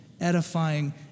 edifying